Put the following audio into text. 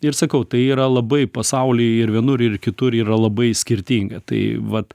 ir sakau tai yra labai pasauly ir vienur ir kitur yra labai skirtinga tai vat